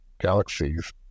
galaxies